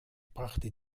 brachte